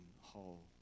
whole